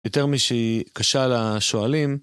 יותר משהיא קשה לשואלים.